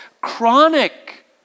chronic